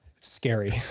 scary